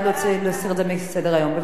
בבקשה, אנחנו עוברים להצבעה.